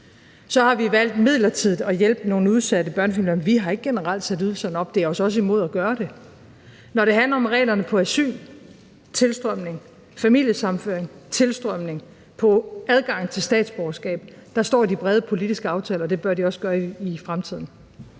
Så har vi valgt midlertidigt at hjælpe nogle udsatte børnefamilier. Vi har ikke generelt sat ydelserne op. Det er os også imod at gøre det. Når det handler om reglerne for asyl, tilstrømning, familiesammenføring, for adgang til statsborgerskab, står de brede politiske aftaler, og det bør de også gøre i fremtiden.